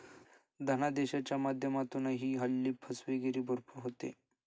धनादेशाच्या माध्यमातूनही हल्ली फसवेगिरी भरपूर होते